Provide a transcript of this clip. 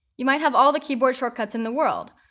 you might have all the keyboard shortcuts in the world,